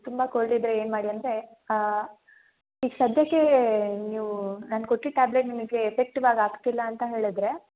ತುಂಬ ಕೋಲ್ಡ್ ಇದ್ದರೆ ಏನು ಮಾಡಿ ಅಂದರೆ ಈಗ ಸದ್ಯಕ್ಕೆ ನೀವು ನಾನು ಕೊಟ್ಟಿದ್ದ ಟ್ಯಾಬ್ಲೆಟ್ ನಿಮಗೆ ಎಫೆಕ್ಟಿವ್ ಆಗಿ ಆಗ್ತಿಲ್ಲ ಅಂತ ಹೇಳಿದ್ರೆ